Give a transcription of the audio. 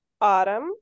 Autumn